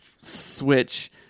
switch